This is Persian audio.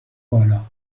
بالا